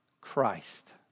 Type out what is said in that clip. Christ